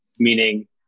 meaning